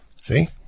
See